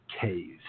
caves